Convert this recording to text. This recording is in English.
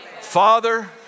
Father